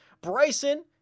Bryson